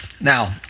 Now